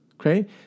Okay